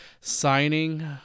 signing